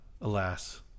alas